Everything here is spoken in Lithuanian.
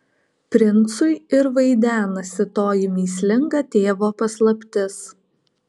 princui ir vaidenasi toji mįslinga tėvo paslaptis